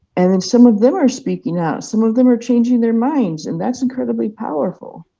and then some of them are speaking out, some of them are changing their minds, and that's incredibly powerful.